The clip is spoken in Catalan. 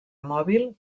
mòbil